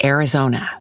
Arizona